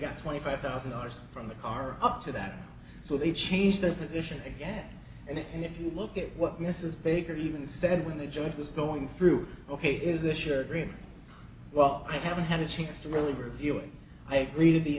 got twenty five thousand dollars from the car up to that so they changed the position again and if you look at what mrs baker even said when the job was going through ok is this your dream well i haven't had a chance to really revealing i agree to